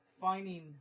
finding